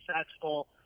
successful